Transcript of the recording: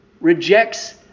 Rejects